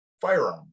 firearm